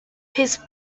his